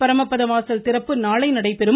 பரமபத வாசல் திறப்பு நாளை நடைபெறும்